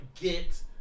Get